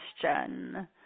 question